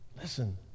listen